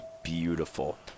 Beautiful